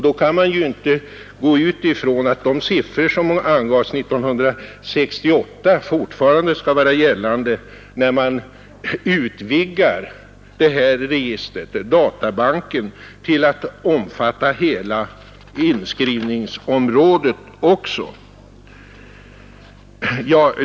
Vi kan inte utgå ifrån att de siffror som angavs 1968 fortfarande skall vara gällande, när man utvidgar detta register, databanken, till att omfatta även hela inskrivningsområdet.